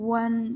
one